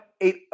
eight